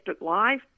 Live